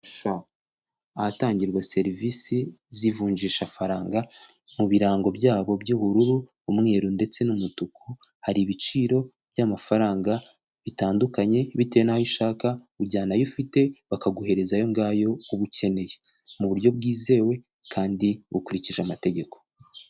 Ahatangirwa serivisi z'ivunjishafaranga, mu birango byabo by'ubururu umweru ndetse n'umutuku, hari ibiciro by'amafaranga bitandukanye bitewe n'ayo ushaka, ujyana ayo ufite bakaguhereza ayo ngayo ubu ukeneye, mu buryo bwizewe kandi bukurikije amategeko.